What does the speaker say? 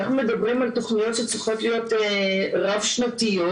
אנחנו מדברים פה על תוכניות שצריכות להיות רב שנתיות,